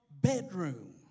bedroom